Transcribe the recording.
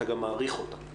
אתה גם מאריך אותה,